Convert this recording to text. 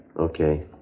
Okay